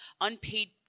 unpaid